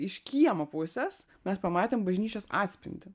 iš kiemo pusės mes pamatėm bažnyčios atspindį